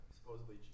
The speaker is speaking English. Supposedly